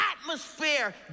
atmosphere